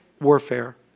warfare